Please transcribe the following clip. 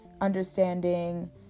understanding